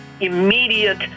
immediate